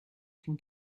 can